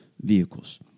vehicles